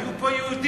היו פה יהודים,